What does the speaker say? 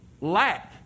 Lack